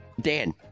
Dan